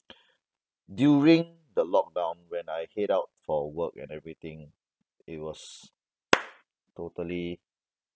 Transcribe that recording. during the lock down when I head out for work and everything it was totally